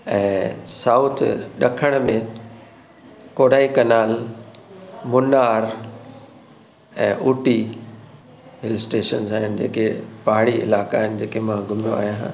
ऐं साउथ ॾखण में कोडाईकनाल मुन्नार ऐं ऊटी हिल स्टेशन्स आहिनि जेके पहाड़ी इलाइक़ा आहिनि जेके मां घुमियो आहियां